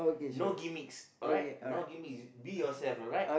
no gimmicks alright no gimmicks be yourself alright